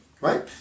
right